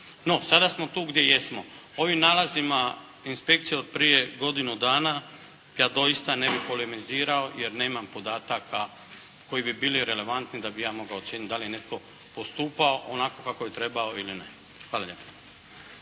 No, sada smo tu gdje jesmo. Ovim nalazima inspekcije od prije godinu dana, ja doista ne bih polemizirao jer nemam podataka koji bi bili relevantni da bih ja mogao ocijeniti da li je netko postupao onako kako je trebao ili ne. Hvala lijepo.